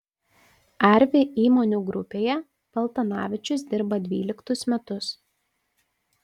arvi įmonių grupėje paltanavičius dirba dvyliktus metus